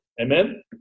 Amen